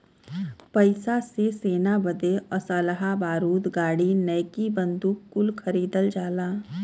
पइसा से सेना बदे असलहा बारूद गाड़ी नईकी बंदूक कुल खरीदल जाला